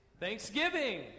Thanksgiving